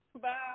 Bye